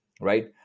right